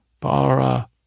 para